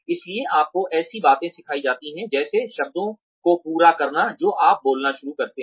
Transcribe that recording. इसलिए आपको ऐसी बातें सिखाई जाती हैं जैसे शब्दों को पूरा करना जो आप बोलना शुरू करते हैं